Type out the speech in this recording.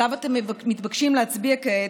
שעליו אתם מתבקשים להצביע כעת,